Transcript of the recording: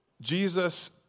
Jesus